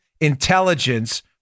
intelligence